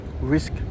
risk